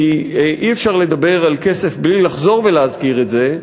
כי אי-אפשר לדבר על כסף בלי לחזור ולהזכיר את זה,